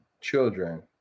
children